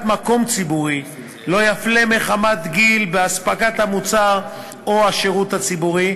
מקום ציבורי לא יפלה מחמת גיל בהספקת המוצר או השירות הציבורי,